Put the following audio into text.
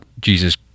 Jesus